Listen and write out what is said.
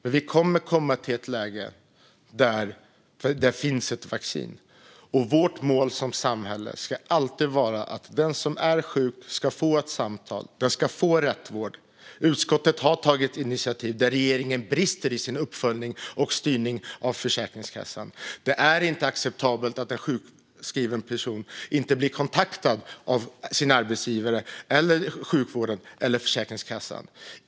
Men vi kommer att komma till ett läge där det finns ett vaccin, och vårt mål som samhälle ska alltid vara att den som är sjuk ska få ett samtal och rätt vård. Utskottet har tagit initiativ gällande att regeringen brister i sin uppföljning och styrning av Försäkringskassan. Det är inte acceptabelt att en sjukskriven person inte blir kontaktad av sin arbetsgivare, sjukvården eller Försäkringskassan.